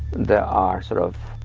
there are sort of,